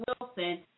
Wilson